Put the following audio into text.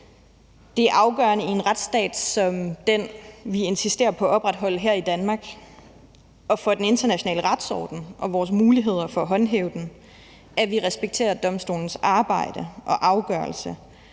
Det afgørende i en retsstat som den, vi insisterer på at opretholde her i Danmark, og for den internationale retsorden og for vores muligheder for at håndhæve den, er, at vi respekterer domstolens arbejde og afgørelse,